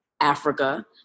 Africa